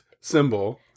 symbol